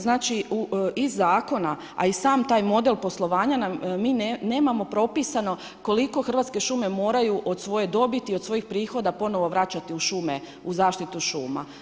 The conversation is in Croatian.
Znači, iz Zakona, a i sam taj model poslovanja, mi nemamo propisano koliko Hrvatske šume moraju od svoje dobiti, od svojih prihoda ponovo vraćati u zaštitu šuma.